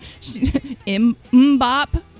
Mbop